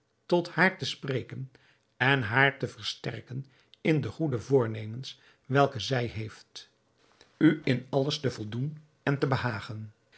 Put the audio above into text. tot haar te spreken en haar te versterken in de goede voornemens welke zij heeft u in alles te voldoen en te behagen